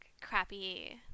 crappy